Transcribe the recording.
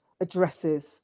addresses